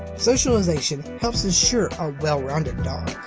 socialization helps ensure a well-rounded dog.